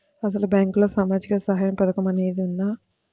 అసలు బ్యాంక్లో సామాజిక సహాయం పథకం అనేది వున్నదా?